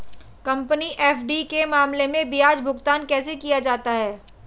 Company FD के मामले में ब्याज भुगतान कैसे किया जाता है?